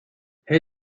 her